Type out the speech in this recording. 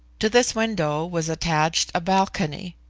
to this window was attached a balcony,